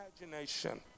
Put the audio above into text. imagination